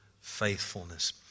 faithfulness